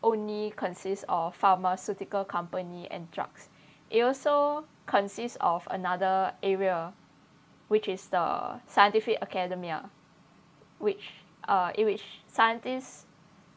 only consists of pharmaceutical company and drugs it also consists of another area which is the scientific academia which uh in which scientists